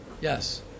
yes